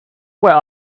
where